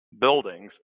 buildings